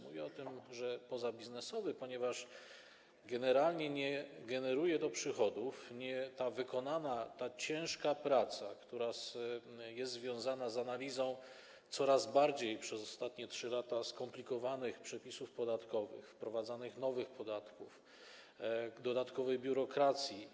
Mówię: pozabiznesowy, ponieważ generalnie nie generuje to przychodów, ta wykonana ciężka praca, która jest związana z analizą coraz bardziej przez ostatnie 3 lata komplikowanych przepisów podatkowych, wprowadzanych nowych podatków, dodatkową biurokracją.